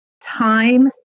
time